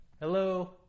Hello